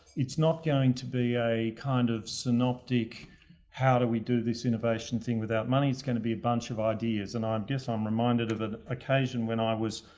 it's not going to be a kind of synoptic how do we do this innovation thing without money. it's going to be a bunch of ideas. and i um guess i'm reminded of an occasion when i was.